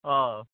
हय